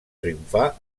triomfar